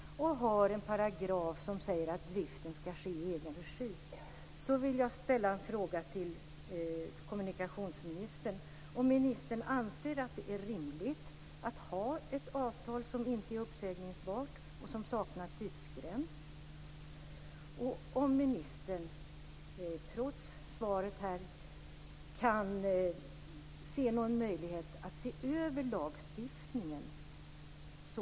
Det är mot denna bakgrund som jag har ansett det tvunget att lyfta upp frågan på riksnivå.